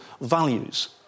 values